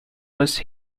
was